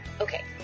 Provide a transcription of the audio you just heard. Okay